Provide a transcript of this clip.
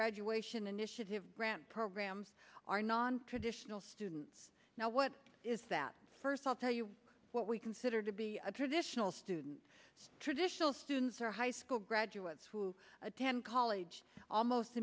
graduation initiative grant programs are nontraditional students now what is that first i'll tell you what we consider to be a traditional student traditional students are high school graduates who attend college almost